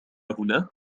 هنا